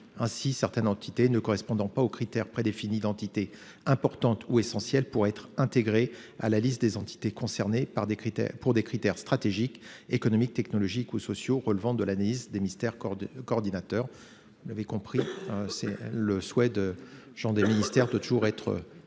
Ainsi, certaines entités ne correspondant pas aux critères prédéfinis d’entités importantes ou essentielles pourraient être intégrées à la liste des entités concernées pour des critères stratégiques, économiques, technologiques ou sociaux relevant de l’analyse des ministères coordonnateurs. Les ministères concernés ont en effet exprimé leur souhait d’être